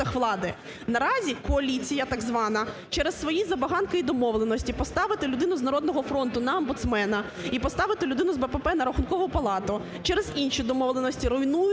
Наразі коаліція так звана через свої забаганки і домовленості поставити людини з "Народного фронту" на омбудсмена і поставити людину з БПП на Рахункову палату, через інші домовленості руйнують